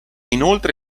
inoltre